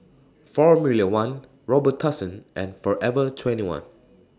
Formula one Robitussin and Forever twenty one